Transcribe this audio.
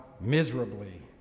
miserably